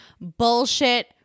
bullshit